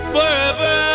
Forever